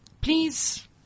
please